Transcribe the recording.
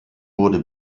wurde